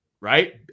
Right